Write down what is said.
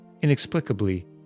Inexplicably